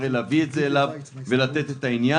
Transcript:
יהיה להביא את זה אליו ולתת את הפיצוי.